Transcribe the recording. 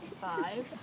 five